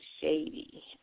shady